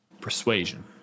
persuasion